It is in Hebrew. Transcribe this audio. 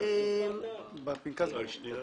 עם הקידמה היום,